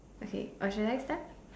okay or should I start